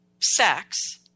sex